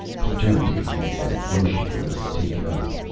he turned to eve, and motioned for her to take it up.